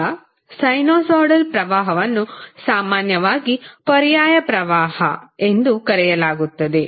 ಈಗ ಸೈನುಸೈಡಲ್ ಪ್ರವಾಹವನ್ನು ಸಾಮಾನ್ಯವಾಗಿ ಪರ್ಯಾಯ ಪ್ರವಾಹ ಎಂದು ಕರೆಯಲಾಗುತ್ತದೆ